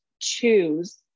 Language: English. choose